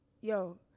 yo